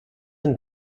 and